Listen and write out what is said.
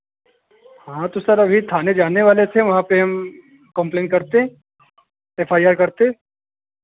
हाँ तो सर अभी थाने जाने वाले थे वहाँ पे कंप्लेन करते एफ आइ आर करते